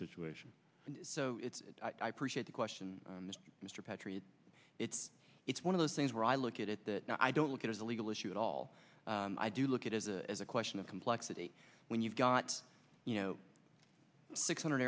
situation so i appreciate the question mr petrie and it's it's one of those things where i look at it that i don't look at as a legal issue at all and i do look at it as a question of complexity when you've got you know six hundred